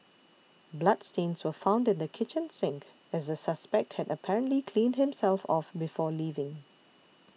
bloodstains were found in the kitchen sink as the suspect had apparently cleaned himself off before leaving